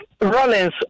Rollins